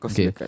Okay